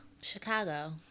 chicago